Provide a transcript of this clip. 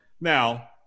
now